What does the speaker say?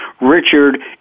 Richard